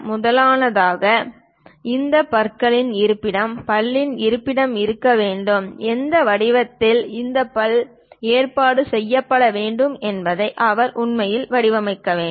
முதலாவதாக இந்த பற்களின் இருப்பிடம் பல்லின் இருப்பிடம் இருக்க வேண்டும் எந்த வடிவத்தில் இந்த பல் ஏற்பாடு செய்யப்பட வேண்டும் என்பதை அவர் உண்மையில் வடிவமைக்க வேண்டும்